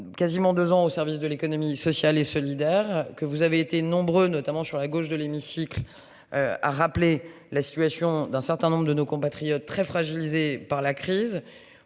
quasiment 2 ans au service de l'économie sociale et solidaire que vous avez été nombreux, notamment sur la gauche de l'hémicycle. A rappelé la situation d'un certain nombre de nos compatriotes très fragilisée par la crise.